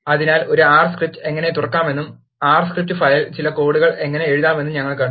അതിനാൽ ഒരു R script എങ്ങനെ തുറക്കാമെന്നും ആർ സ്ക്രിപ്റ്റ് ഫയലിൽ ചില കോഡ് എങ്ങനെ എഴുതാമെന്നും ഞങ്ങൾ കണ്ടു